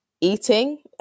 eating